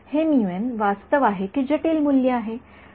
हे वास्तव आहे की जटिल मूल्य आहे